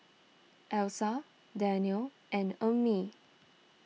Alyssa Daniel and Ummi